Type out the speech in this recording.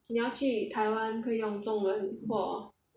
你要去台湾可以用中文或